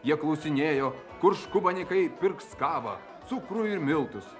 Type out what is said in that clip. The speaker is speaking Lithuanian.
jie klausinėjo kur škubanėkai pirks kavą cukrų ir miltus